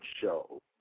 show